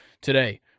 today